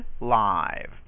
live